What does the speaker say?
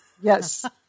Yes